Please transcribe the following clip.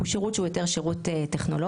הוא שירות שהוא יותר שירות טכנולוגי,